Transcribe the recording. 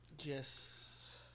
Yes